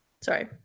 Sorry